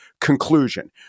conclusion